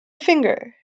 finger